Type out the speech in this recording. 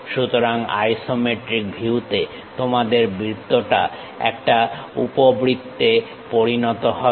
সুতরাংআইসোমেট্রিক ভিউতে তোমাদের বৃত্তটা একটা উপবৃত্তের পরিণত হবে